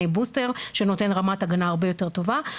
בוסטר שנותן רמת הגנה הרבה יותר טובה.